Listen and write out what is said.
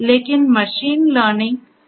लेकिन machine learning की अपनी सीमाएँ हैं